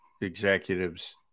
executives